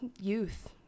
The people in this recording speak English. youth